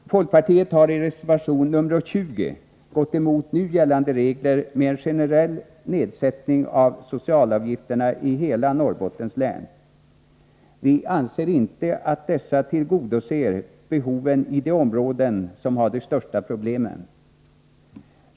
Folkpartiet har i reservation nr 20 gått emot nu gällande regler med en generell nedsättning av socialavgifterna i hela Norrbottens län. Vi anser inte att dessa regler tillgodoser behoven i de områden som har de största problemen.